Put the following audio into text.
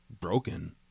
broken